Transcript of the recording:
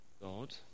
God